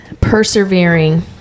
persevering